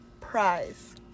prize